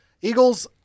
Eagles